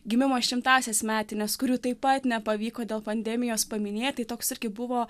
gimimo šimtąsias metines kurių taip pat nepavyko dėl pandemijos paminėti toks irgi buvo